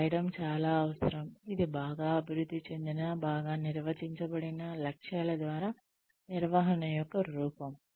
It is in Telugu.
వ్రాయడం చాలా అవసరం ఇది బాగా అభివృద్ధి చెందిన బాగా నిర్వచించబడిన లక్ష్యాల ద్వారా నిర్వహణ యొక్క రూపం